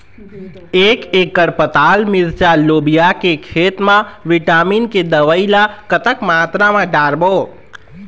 एक एकड़ पताल मिरचा लोबिया के खेत मा विटामिन के दवई ला कतक मात्रा म डारबो?